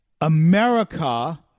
America